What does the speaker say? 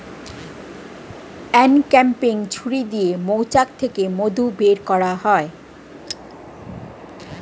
uncapping ছুরি দিয়ে মৌচাক থেকে মধু বের করা হয়